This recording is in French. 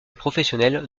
professionnel